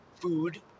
food